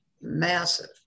massive